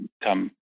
come